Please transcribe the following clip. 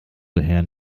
herrn